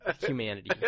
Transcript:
humanity